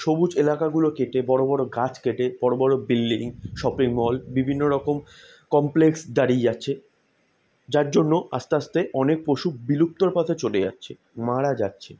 সবুজ এলাকাগুলো কেটে বড় বড় গাছ কেটে বড় বড় বিল্ডিং শপিং বিভিন্ন রকম কমপ্লেক্স দাঁড়িয়ে যাচ্ছে যার জন্য আস্তে আস্তে অনেক পশু বিলুপ্তির পথে চলে যাচ্ছে মারা যাচ্ছে